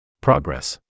Progress